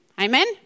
Amen